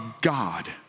God